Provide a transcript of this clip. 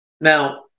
Now